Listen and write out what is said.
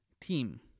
team